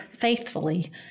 faithfully